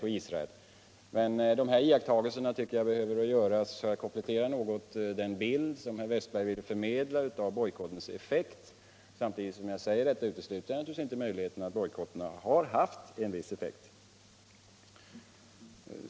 Men jag tycker att dessa iakttagelser bör gÖras för-att något komplettera den bild som herr Wiästberg i Stockholm ville förmedla av bojkottens effokt. Samtidigt utesluter jag naturligtvis inte möjligheten att bojkoutätgärderna har haft en viss offekt.